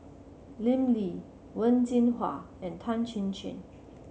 Lim Lee Wen Jinhua and Tan Chin Chin